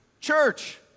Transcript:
Church